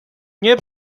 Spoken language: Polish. nie